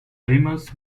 famous